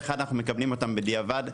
אנחנו מקבלים אותם בדיעבד.